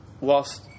whilst